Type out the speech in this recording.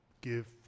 give